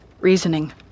reasoning